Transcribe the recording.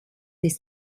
des